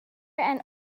and